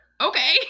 okay